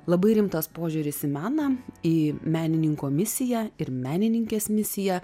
labai rimtas požiūris į meną į menininko misiją ir menininkės misiją